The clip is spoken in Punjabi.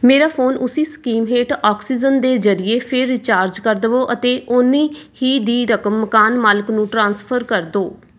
ਮੇਰਾ ਫੋਨ ਉਸੀ ਸਕੀਮ ਹੇਠ ਓਕਸੀਜਨ ਦੇ ਜਰੀਏ ਫੇਰ ਰਿਚਾਰਜ ਕਰ ਦੇਵੋ ਅਤੇ ਉੱਨੀ ਹੀ ਦੀ ਰਕਮ ਮਕਾਨ ਮਾਲਕ ਨੂੰ ਟ੍ਰਾਂਸਫਰ ਕਰ ਦਿਓ